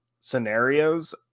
scenarios